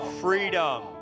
Freedom